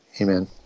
amen